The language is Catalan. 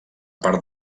part